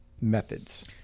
methods